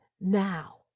now